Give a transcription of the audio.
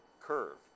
curve